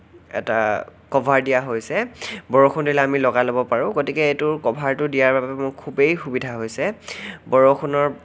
এটা কভাৰ দিয়া হৈছে বৰষুণ দিলে আমি লগাই ল'ব পাৰোঁ গতিকে এইটোৰ কভাৰটো দিয়াৰ বাবে মোৰ খুবেই সুবিধা হৈছে বৰষুণৰ